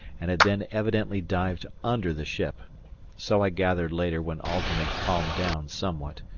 and had then evidently dived under the ship so i gathered later when alten had calmed down somewhat.